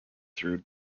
through